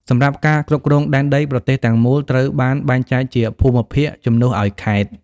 សម្រាប់ការគ្រប់គ្រងដែនដី ប្រទេសទាំងមូលត្រូវបានបែងចែកជា «ភូមិភាគ» ជំនួសឱ្យខេត្ត។